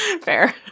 Fair